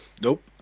Nope